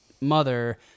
mother